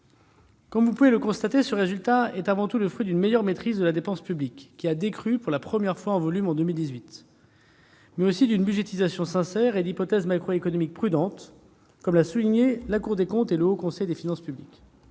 Comme vous pouvez le constater, ce résultat est avant tout le fruit d'une meilleure maîtrise de la dépense publique qui a décru en volume en 2018 pour la première fois, mais aussi d'une budgétisation sincère et d'hypothèses macroéconomiques prudentes, comme l'ont souligné la Cour des comptes et le Haut Conseil des finances publiques.